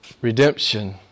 redemption